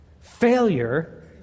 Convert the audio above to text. failure